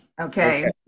Okay